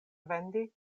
vendi